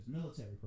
military